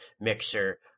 mixer